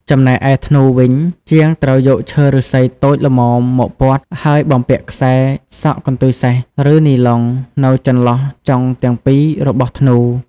ចំណែកឯ ធ្នូ វិញ ជាងត្រូវយកឈើឫស្សីតូចល្មមមកពត់ ហើយបំពាក់ខ្សែសក់កន្ទុយសេះ ឬនីឡុងនៅចន្លោះចុងទាំងពីររបស់ធ្នូ។